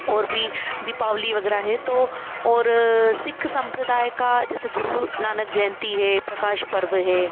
और भी दीपावली वगैरह है तो और सिख संप्रदाय का जैसे गुरु नानक जयंती है प्रकाश पर्व है